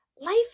life